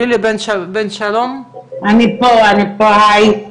אני פה, היי.